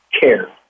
care